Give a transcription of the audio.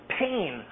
pain